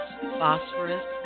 phosphorus